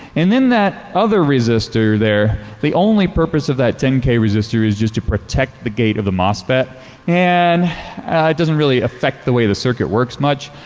and then the other resister there, the only purpose of that ten k resister is just to protect the gate of the mosfet and it doesn't really affect the way the circuit works much,